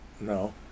No